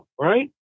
Right